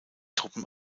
truppen